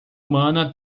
humana